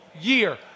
year